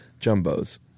jumbos